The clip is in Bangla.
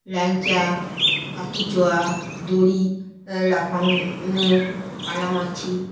ল্যাংচা কাঠি ছোঁয়া দড়ি লাফানো কানামাছি